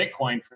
Bitcoin